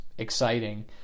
exciting